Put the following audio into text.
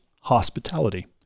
hospitality